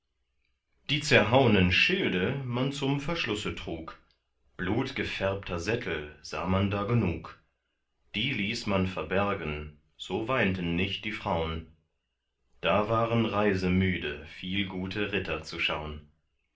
die zerhaunen schilde man zum verschlusse trug blutgefärbter sättel sah man da genug die ließ man verbergen so weinten nicht die fraun da waren reisemüde viel gute ritter zu schaun